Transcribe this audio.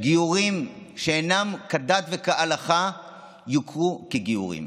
שגיורים שאינם כדת וכהלכה יוכרו כגיורים.